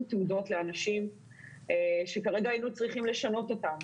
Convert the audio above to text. תעודות לאנשים שכרגע היינו צריכים לשנות אותן,